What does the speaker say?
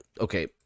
Okay